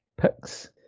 picks